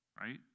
right